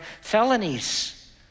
felonies